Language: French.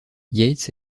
yates